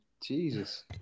Jesus